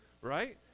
right